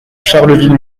charleville